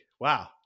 Wow